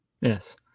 Yes